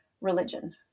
religion